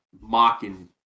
mocking